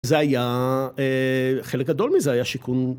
זה היה, חלק גדול מזה היה שיכון.